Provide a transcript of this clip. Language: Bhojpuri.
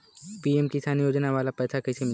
पी.एम किसान योजना वाला पैसा कईसे मिली?